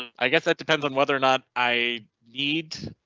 i guess that depends on whether or not i need.